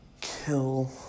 kill